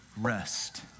rest